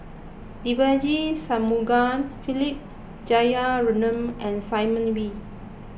Devagi Sanmugam Philip Jeyaretnam and Simon Wee